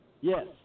Yes